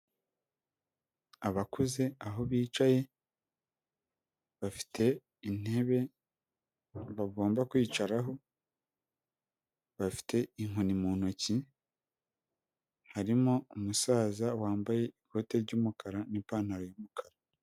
Abakuze aho bicaye bafite intebe bagomba kwicaraho, bafite inkoni mu ntoki harimo umusaza wambaye ikote ry'umukara n'ipantaro yumukara.